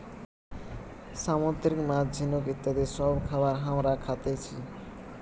সামুদ্রিক মাছ, ঝিনুক ইত্যাদি সব খাবার হামরা খাতেছি